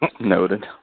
Noted